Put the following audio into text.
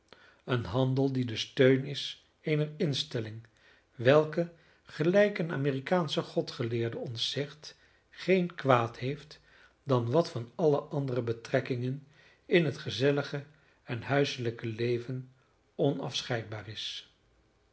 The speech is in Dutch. een handel die de steun is eener instelling welke gelijk een amerikaansch godgeleerde ons zegt geen kwaad heeft dan wat van alle andere betrekkingen in het gezellige en huiselijke leven onafscheidbaar is